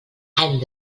any